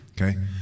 okay